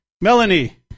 Melanie